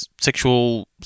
sexual